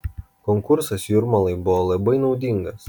konkursas jūrmalai buvo labai naudingas